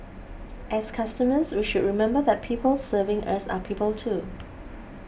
as customers we should remember that the people serving us are people too